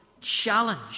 challenge